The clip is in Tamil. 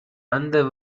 அந்த